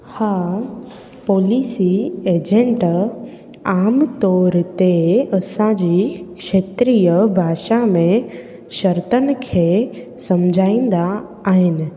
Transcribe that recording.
हा policy agent आम तौर ते असांजी क्षेत्रीय भाषा में शरतनि खे सम्झाईंदा आहिनि